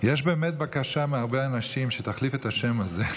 יש באמת בקשה מהרבה אנשים שתחליף את השם הזה.